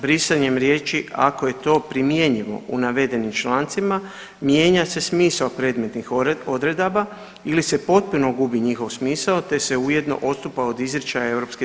Brisanjem riječi ako je to primjenjivo u navedenim člancima, mijenja se smisao predmetnih odredaba ili se potpuno gubi njihov smisao te se ujedno odstupa od izričaja EU direktive.